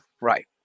right